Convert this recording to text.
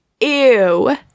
Ew